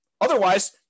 Otherwise